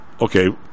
okay